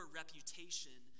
reputation